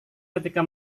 ketika